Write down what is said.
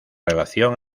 relación